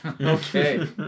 Okay